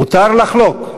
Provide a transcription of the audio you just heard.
מותר לחלוק,